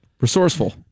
resourceful